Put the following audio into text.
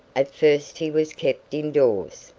at first he was kept in-doors,